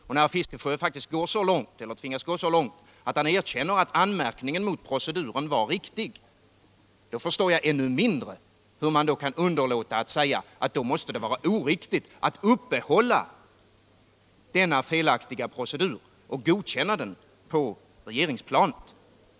Och när herr Fiskesjö tvingats gå så långt att han nu erkänner att anmärkningen mot proceduren är riktig, förstår jag ännu mindre hur han kan underlåta att erkänna att det också måste vara oriktigt att ha kvar denna felaktiga procedur och att godkänna den på regeringsplanet.